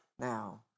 Now